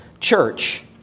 church